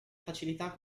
facilità